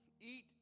eat